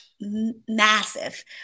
massive